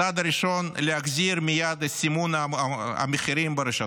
1. הצעד הראשון הוא להחזיר מייד את סימון המחירים ברשתות,